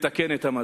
לתקן את המצב.